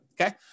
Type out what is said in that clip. okay